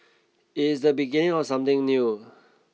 it is the beginning of something new